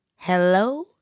Hello